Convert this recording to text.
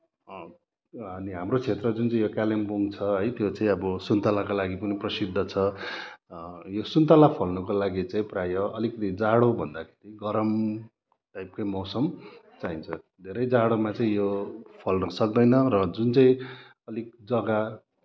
अनि हाम्रो क्षेत्र जुन चाहिँ यो कालिम्पोङ छ है त्यो चाहिँ अब सुन्तलाको लागि पनि प्रसिद्ध छ यो सुन्तला फल्नको लागि चाहिँ प्राय अलिकति जाडोभन्दाखेरि गरम टाइपकै मौसम चाहिन्छ धेरै जाडोमा चाहिँ यो फल्न सक्दैन र जुन चाहिँ अलिक जग्गा